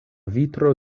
vitro